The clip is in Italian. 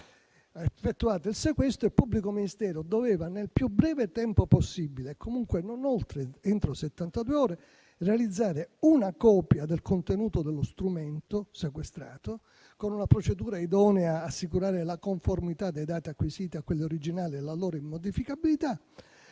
Effettuato il sequestro, il pubblico ministero doveva, nel più breve tempo possibile e comunque non oltre settantadue ore, realizzare una copia del contenuto dello strumento sequestrato con una procedura idonea ad assicurare la conformità dei dati acquisiti a quelli originali e la loro immodificabilità.